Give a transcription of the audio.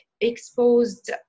exposed